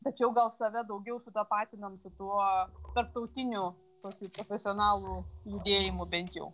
tačiau gal save daugiau sutapatinam su tuo tarptautiniu tokiu profesionalų judėjimu bent jau